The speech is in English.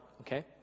okay